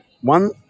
one